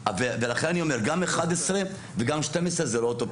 גם 11 וגם 12 זה לא אותו פרק.